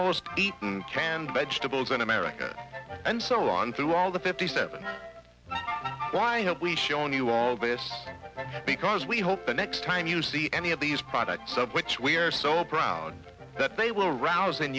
most eaten canned vegetables in america and so on through all the fifty seven why have we shown you all this because we hope the next time you see any of these products of which we are so proud that they will arous